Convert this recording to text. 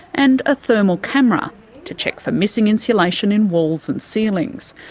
and a thermal camera to check for missing insulation in walls and ceilings.